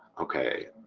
okay